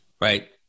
right